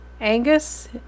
Angus